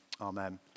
Amen